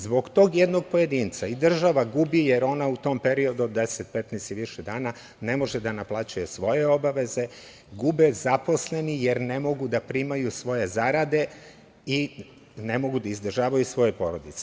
Zbog tog jednog pojedinca država gubi jer ona u tom periodu od 10, 15 i više dana ne može da naplaćuje svoje obaveze, gube zaposleni jer ne mogu da primaju svoje zarade i ne mogu da izdržavaju svoje porodice.